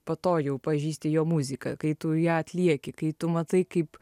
po to jau pažįsti jo muziką kai tu ją atlieki kai tu matai kaip